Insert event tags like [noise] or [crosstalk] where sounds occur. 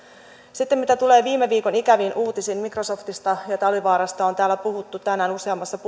sitten mitä tulee viime viikon ikäviin uutisiin microsoftista ja talvivaarasta on täällä puhuttu tänään useammassa [unintelligible]